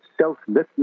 selflessness